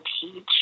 teach